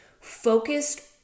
focused